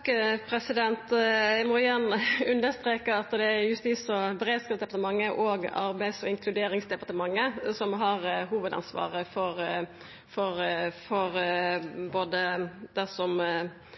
Eg må igjen understreka at det er Justis- og beredskapsdepartementet og Arbeids- og inkluderingsdepartementet som har hovudansvaret for det som representanten tar opp om busetjing ute i kommunane. Men som